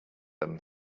them